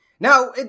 Now